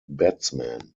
batsman